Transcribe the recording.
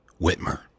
Whitmer